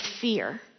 fear